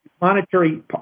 monetary